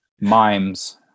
Mimes